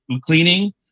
cleaning